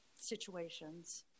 situations